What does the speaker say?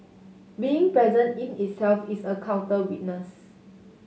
being present in itself is a counter witness